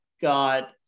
got